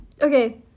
Okay